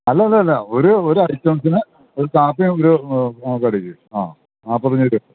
അല്ല അല്ല അല്ല ഒരു ഒരു ഐറ്റത്തിന് ഒരു കാപ്പിയും ഒരു കടിക്കും ങാ നാൽപത്തി അഞ്ച് വരും